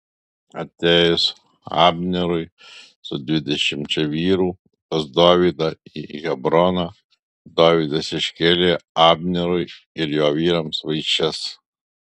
atėjus abnerui su dvidešimčia vyrų pas dovydą į hebroną dovydas iškėlė abnerui ir jo vyrams vaišes